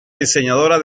diseñadora